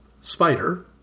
Spider